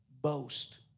boast